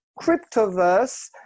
cryptoverse